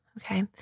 okay